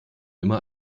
immer